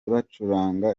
bacuranga